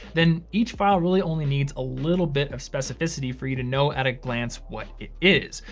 then each file really only needs a little bit of specificity for you to know at a glance what it is.